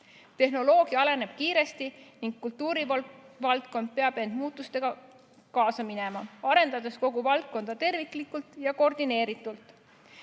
Tehnoloogia areneb kiiresti ning kultuurivaldkond peab muutustega kaasa minema, arendades kogu valdkonda terviklikult ja koordineeritult.